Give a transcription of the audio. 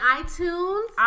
itunes